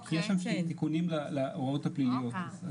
יש שם שני תיקונים להוראות הפליליות.